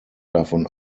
davon